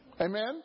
Amen